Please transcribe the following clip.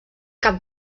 cap